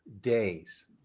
days